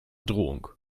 drohung